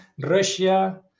Russia